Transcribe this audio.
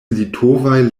litovaj